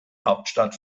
hauptstadt